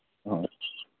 ꯑꯥ